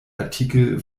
artikel